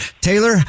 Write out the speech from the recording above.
Taylor